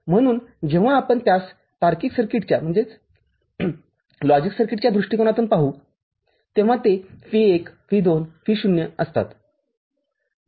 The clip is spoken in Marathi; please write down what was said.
म्हणून जेव्हा आपण त्यास तार्किक सर्किटच्या दृष्टिकोनातून पाहू तेव्हा ते V१V२ V० असतात